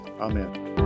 amen